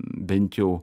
bent jau